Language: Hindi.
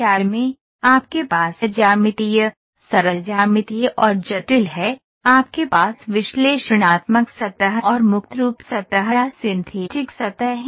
कैड़ में आपके पास ज्यामितीय सरल ज्यामितीय और जटिल है आपके पास विश्लेषणात्मक सतह और मुक्त रूप सतह या सिंथेटिक सतह हैं